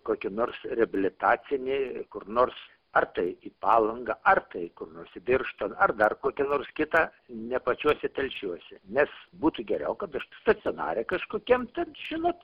kokį nors reabilitacinį kur nors ar tai į palangą ar tai kur nors į birštoną ar dar kokį nors kitą ne pačiuose telšiuose nes būtų geriau kad aš stacionare kažkokiam ten žinot